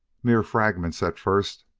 mere fragments at first.